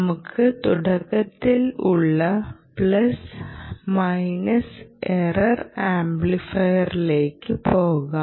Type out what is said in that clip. നമുക്ക് തുടക്കത്തിൽ ഉള്ള പ്ലസ് മൈനസ് ഇറർ ആംപ്ലിഫയറിലേക്ക് പോകാം